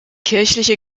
kirchliche